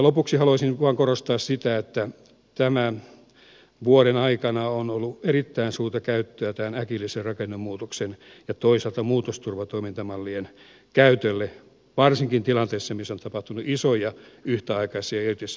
lopuksi haluaisin vain korostaa sitä että tämän vuoden aikana on ollut erittäin suurta käyttöä tämän äkillisen rakennemuutoksen ja toisaalta muutosturvatoimintamallien käytölle varsinkin tilanteissa missä on tapahtunut isoja yhtäaikaisia irtisanomisia